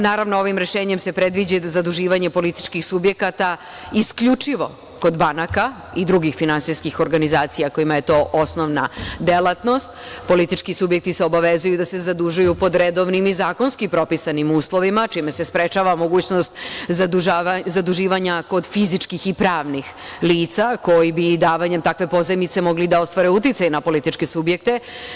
Naravno, ovim rešenjem se predviđa i zaduživanje političkih subjekata isključivo kod banaka i drugih finansijskih organizacija kojima je to osnovna delatnost, politički subjekti se obavezuju i da se zadužuju pod redovnim i zakonskim propisanim uslovima, čime se sprečava mogućnost zaduživanja kod fizičkih i pravnih lica, koji bi davanjem takve pozajmice mogli da ostvare uticaj na političke subjekte.